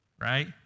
Right